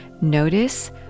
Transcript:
notice